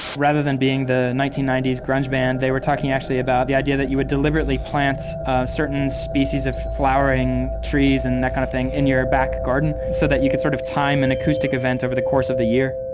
rather than being the nineteen ninety s grunge band, they were talking actually about the idea that you would deliberately plant certain species of flowering trees and that kind of thing in your back garden so that you could sort of time an and acoustic event over the course of a year.